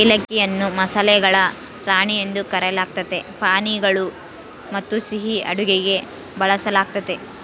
ಏಲಕ್ಕಿಯನ್ನು ಮಸಾಲೆಗಳ ರಾಣಿ ಎಂದು ಕರೆಯಲಾಗ್ತತೆ ಪಾನೀಯಗಳು ಮತ್ತುಸಿಹಿ ಅಡುಗೆಗೆ ಬಳಸಲಾಗ್ತತೆ